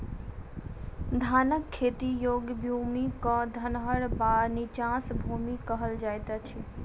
धानक खेती योग्य भूमि क धनहर वा नीचाँस भूमि कहल जाइत अछि